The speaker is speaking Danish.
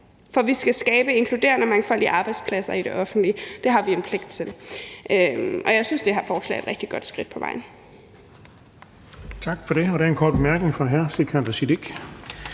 For vi skal skabe inkluderende og mangfoldige arbejdspladser i det offentlige. Det har vi en pligt til, og jeg synes, at det her forslag er et rigtig godt skridt på vejen.